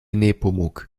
nepomuk